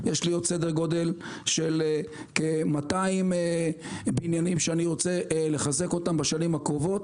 יש לי עוד כ-200 בניינים שאני רוצה לחזק אותם בשנים הקרובות.